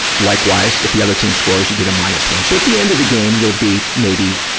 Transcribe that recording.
likewise, if the other team scores, you get a minus one. so at the end of the game, you'll be, maybe,